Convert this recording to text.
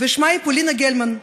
ששמה פולינה גלמן.